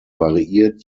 variiert